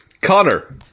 Connor